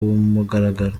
mugaragaro